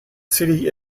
city